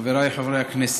חבריי חברי הכנסת,